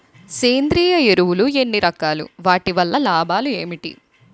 సేంద్రీయ ఎరువులు ఎన్ని రకాలు? వాటి వల్ల లాభాలు ఏంటి?